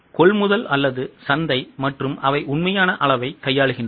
கொள்முதல் அல்லது சந்தை மற்றும் அவை உண்மையான அளவைக் கையாளுகின்றன